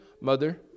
mother